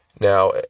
Now